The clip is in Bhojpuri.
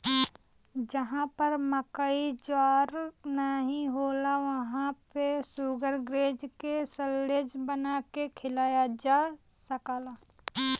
जहां पर मकई ज्वार नाहीं होला वहां पे शुगरग्रेज के साल्लेज बना के खियावल जा सकला